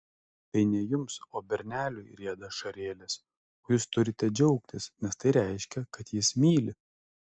tai ne jums o berneliui rieda ašarėlės o jūs turite džiaugtis nes tai reiškia kad jis myli